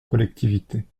collectivités